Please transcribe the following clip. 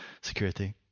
security